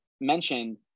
mentioned